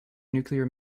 nuclear